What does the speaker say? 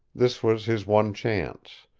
this was his one chance.